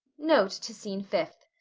note to scene fifth.